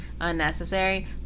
unnecessary